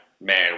man